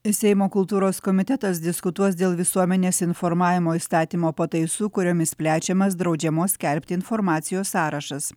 seimo kultūros komitetas diskutuos dėl visuomenės informavimo įstatymo pataisų kuriomis plečiamas draudžiamos skelbti informacijos sąrašas